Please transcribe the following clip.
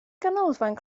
ganolfan